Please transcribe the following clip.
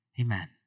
Amen